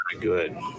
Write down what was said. good